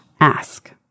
ask